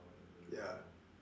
ya